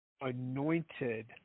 anointed